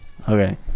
Okay